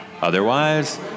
otherwise